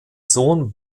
sohn